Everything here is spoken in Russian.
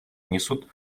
несут